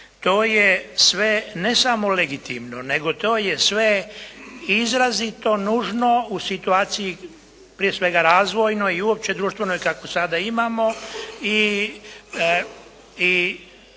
To je sve ne samo legitimno, nego to je sve izrazito nužno u situaciji prije svega razvojnoj i uopće društvenoj kakvu sada imamo i